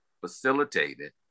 facilitated